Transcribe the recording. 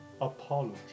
apology